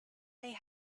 they